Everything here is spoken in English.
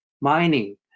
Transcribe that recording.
mining